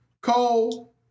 Cole